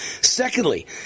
Secondly